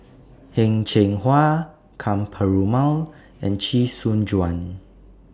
Heng Cheng Hwa Ka Perumal and Chee Soon Juan